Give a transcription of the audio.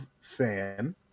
fan